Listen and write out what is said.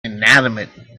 inanimate